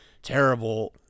terrible